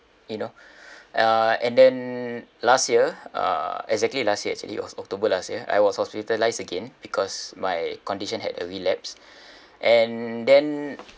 you know uh and then last year uh exactly last year actually was october last year I was hospitalised again because my condition had a relapse and then